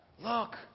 Look